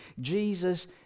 Jesus